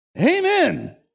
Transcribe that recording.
Amen